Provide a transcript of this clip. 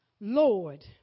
Lord